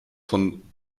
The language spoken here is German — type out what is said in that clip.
von